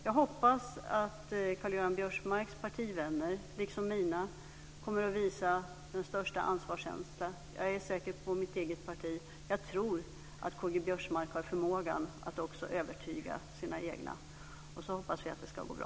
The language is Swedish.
Jag hoppas att Karl-Göran Biörsmarks partivänner, liksom mina, kommer att visa den största ansvarskänsla. Jag är säker på mitt eget parti. Jag tror att K-G Biörsmark har förmågan att också övertyga sina egna. Och så hoppas vi att det ska gå bra.